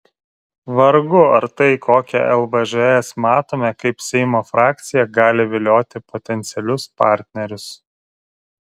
vargu ar tai kokią lvžs matome kaip seimo frakciją gali vilioti potencialius partnerius